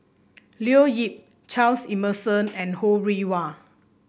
Leo Yip Charles Emmerson and Ho Rih Hwa